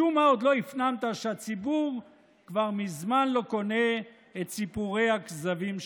משום מה עוד לא הפנמת שהציבור כבר מזמן לא קונה את סיפורי הכזבים שלכם.